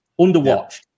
Underwatch